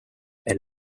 veel